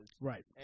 Right